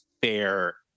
fair